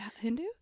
Hindu